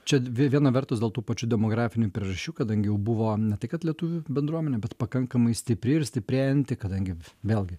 čia dvi viena vertus dėl tų pačių demografinių priežasčių kadangi jau buvo ne tai kad lietuvių bendruomenė bet pakankamai stipri ir stiprėjanti kadangi vėlgi